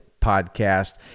Podcast